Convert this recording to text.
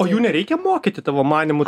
o jų nereikia mokyti tavo manymu